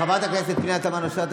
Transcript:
חברת הכנסת פנינה תמנו שטה,